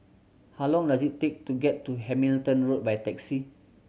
how long does it take to get to Hamilton Road by taxi